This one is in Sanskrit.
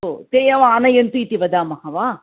हो ते एव आनयन्तु इति वदामः वा